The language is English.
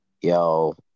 Yo